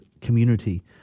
community